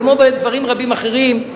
כמו בדברים רבים אחרים,